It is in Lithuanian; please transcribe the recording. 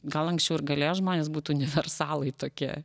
gal anksčiau ir galėjo žmonės būt universalai tokie